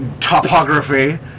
topography